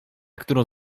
którą